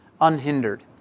unhindered